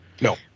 No